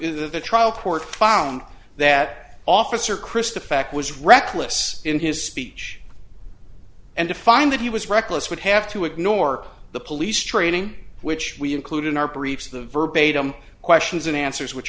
the trial court found that officer chris the fact was reckless in his speech and to find that he was reckless would have to ignore the police training which we include in our briefs a verb a dumb questions and answers which